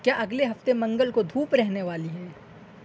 کیا اگلے ہفتے منگل کو دھوپ رہنے والی ہے